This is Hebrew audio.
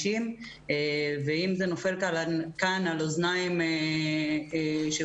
ואם זה נופל כאן על אוזניים שיכולות